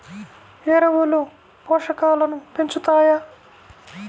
ఎరువులు పోషకాలను పెంచుతాయా?